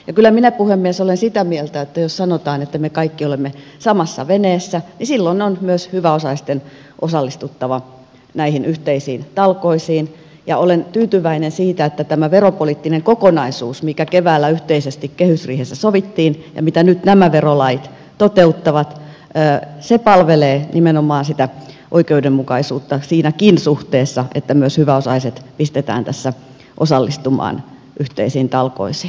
kyllä minä puhemies olen sitä mieltä että jos sanotaan että me kaikki olemme samassa veneessä niin silloin on myös hyväosaisten osallistuttava näihin yhteisiin talkoisiin ja olen tyytyväinen siihen että tämä veropoliittinen kokonaisuus mikä keväällä yhteisesti kehysriihessä sovittiin ja mitä nyt nämä verolait toteuttavat palvelee nimenomaan sitä oikeudenmukaisuutta siinäkin suhteessa että myös hyväosaiset pistetään tässä osallistumaan yhteisiin talkoisiin